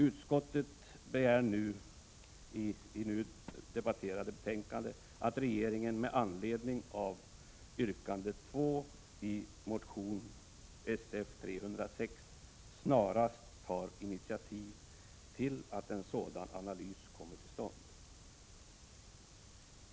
Utskottet begär i det nu debatterade betänkandet att regeringen med anledning av yrkande nr 2 i motion Sf306 snarast tar initiativ till att en sådan analys kommer till stånd.